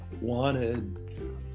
wanted